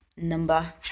number